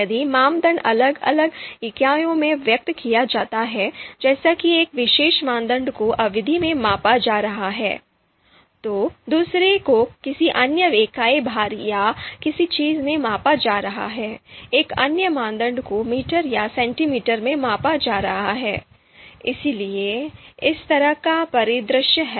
यदि मानदंड अलग अलग इकाइयों में व्यक्त किए जाते हैं जैसे कि एक विशेष मानदंड को अवधि में मापा जा रहा है तो दूसरे को किसी अन्य इकाई भार या किसी चीज़ में मापा जा रहा है एक अन्य मानदंड को मीटर या सेंटीमीटर में मापा जा रहा है इसलिए इस तरह का परिदृश्य है